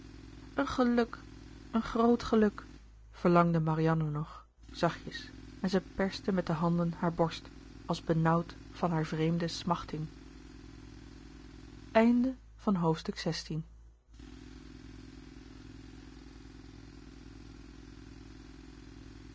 een geluk een groot geluk verlangde marianne nog zachtjes en zij perste met de handen haar borst als benauwd van hare vreemde smachting